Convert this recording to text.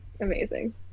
amazing